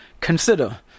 consider